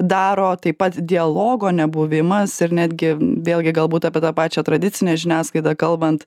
daro taip pat dialogo nebuvimas ir netgi vėlgi galbūt apie tą pačią tradicinę žiniasklaidą kalbant